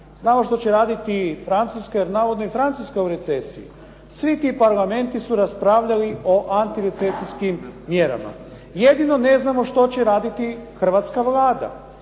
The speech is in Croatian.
Znamo što će raditi Francuska jer navodno je i Francuska u recesiji. Svi ti parlamenti su raspravljali o antirecesijskim mjerama. Jedino ne znamo što će raditi hrvatska Vlada.